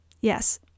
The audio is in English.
Yes